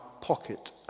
pocket